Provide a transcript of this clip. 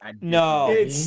No